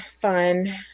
fun